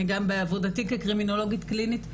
אני גם בעבודתי כקרימינולוגית קלינית,